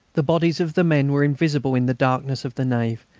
the bodies of the men were invisible in the darkness of the nave,